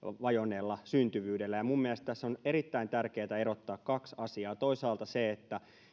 vajonneella syntyvyydellä minun mielestäni tässä on erittäin tärkeätä erottaa kaksi asiaa toisaalta se